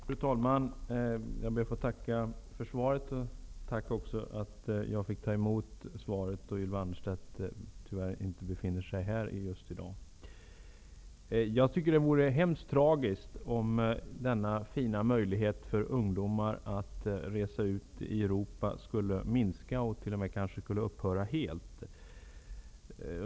Fru talman! Jag ber att få tacka för svaret och för att jag fick ta emot det, då Ylva Annerstedt tyvärr inte befinner sig här just i dag. Det vore tragiskt om denna fina möjlighet för ungdomar att resa ut i Europa skulle minska eller t.o.m. upphöra helt.